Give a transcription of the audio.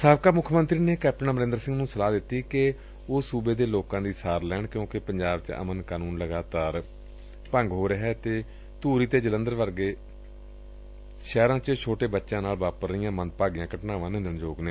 ਸਾਬਕਾ ਮੁੱਖ ਮੰਤਰੀ ਨੇ ਕੈਪਟਨ ਅਮਰੰਦਰ ਸਿੰਘ ਨੰ ਸਲਾਹ ਦਿੱਤੀ ਕਿ ਉਹ ਸੁਬੇ ਦੇ ਲੋਕਾਂ ਦੀ ਸਾਰ ਲੈਣ ਕਿਊਕਿ ਪੰਜਾਬ ਵਿਚ ਅਮਨ ਕਾਨੂੰਨ ਲਗਾਤਾਰ ਭੰਗ ਹੋ ਰਿਹੈ ਡੇ ਧੂਰੀ ਅਤੇ ਜਲੰਧਰ ਵਿਖੇ ਛੋਟੇ ਬਚਿਆਂ ਨਾਲ ਵਾਪਰ ਰਹੀਆਂ ਮੰਦਭਾਗੀਆਂ ਘਟਨਾਵਾਂ ਨਿੰਦਣਯੋਗ ਨੇ